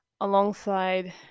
alongside